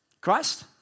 Christ